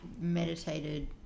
meditated